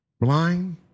blind